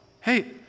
Hey